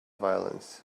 violence